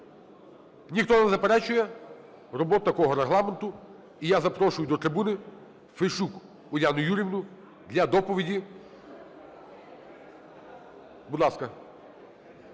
Ніхто не заперечує роботи такого регламенту? І я запрошую до трибуни Фещук Уляну Юріївну для доповіді. Будь ласка.